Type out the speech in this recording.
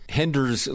hinders